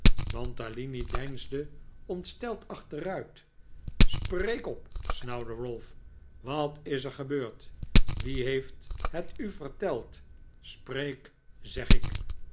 mantalini deinsde ontsteld achteruit spreek op snauwde ralph wat is er gebeurd wie heeft het u verteld spreek zeg ik